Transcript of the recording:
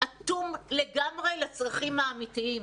אטום לגמרי לצרכים האמיתיים.